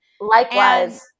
Likewise